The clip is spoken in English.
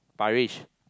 Parish